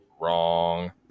Wrong